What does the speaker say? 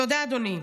תודה, אדוני.